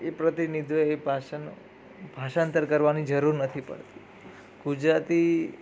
એ પ્રતિનિધત્વ એ ભાષાનું ભાષાંતર કરવાની જરૂર નથી પડતી ગુજરાતી